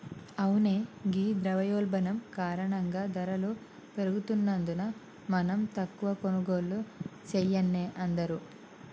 అవునే ఘీ ద్రవయోల్బణం కారణంగా ధరలు పెరుగుతున్నందున మనం తక్కువ కొనుగోళ్లు సెయాన్నే అందరూ